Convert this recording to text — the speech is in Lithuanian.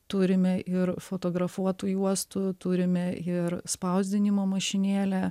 turime ir fotografuotų juostų turime ir spausdinimo mašinėlę